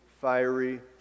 fiery